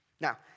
Now